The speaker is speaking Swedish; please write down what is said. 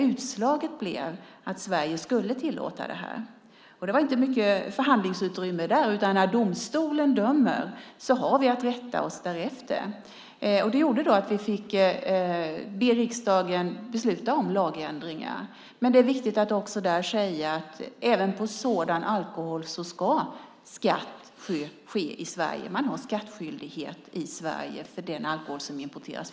Utslaget blev att Sverige skulle tillåta det här. Det var inte mycket förhandlingsutrymme där. När domstolen dömer har vi att rätta oss därefter. Det gjorde att vi fick be riksdagen att besluta om lagändringar. Men det är viktigt att där säga att även på sådan alkohol ska skatt betalas i Sverige. Man har skattskyldighet i Sverige för den alkohol som importeras.